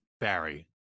barry